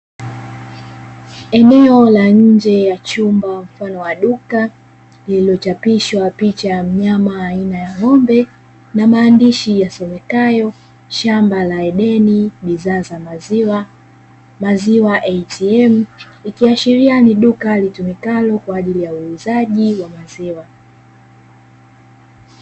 Eneo la nje ya chumba mfano wa duka lililochapishwa picha ya mnyama aina ya ng'ombe, na maandishi yasomekayo "shamba la edeni bidhaa za maziwa, maziwa ATM" ikiashiria ni duka litumikalo kwa ajili ya uuzaji wa maziwa.